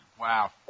Wow